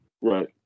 right